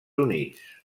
units